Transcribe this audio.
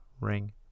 ring